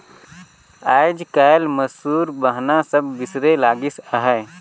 आएज काएल मूसर बहना सब बिसरे लगिन अहे